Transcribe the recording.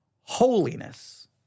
holiness